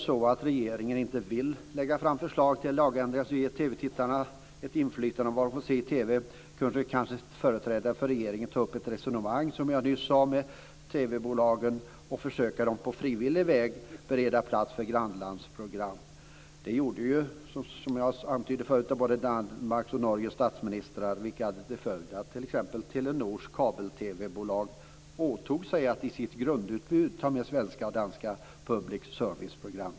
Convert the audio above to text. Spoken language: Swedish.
Om regeringen inte vill lägga fram förslag till lagändringar som ger TV-tittarna ett inflytande över vad de får se på TV, kanske företrädare för regeringen kan ta upp ett resonemang med TV-bolagen och försöka att på frivillig väg bereda plats för grannlandsprogram? Det gjorde Danmarks och Norges statsministrar, vilket hade till följd att Telenors kabel TV-bolag åtog sig att i sitt grundutbud ta med svenska och danska public service-program.